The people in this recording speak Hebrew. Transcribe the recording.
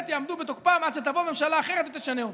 יעמדו בתוקפם עד שתבוא ממשלה אחרת ותשנה אותם.